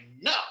no